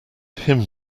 him